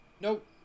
Nope